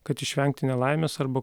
kad išvengti nelaimės arba